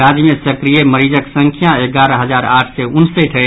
राज्य मे सक्रिय मरीजक संख्या एगारह हजार आठ सय उनसठि अछि